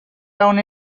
down